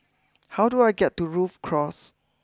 how do I get to Rhu Cross